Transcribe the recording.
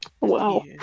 wow